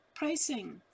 pricing